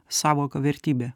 sąvoką vertybė